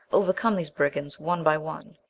overcome these brigands, one by one.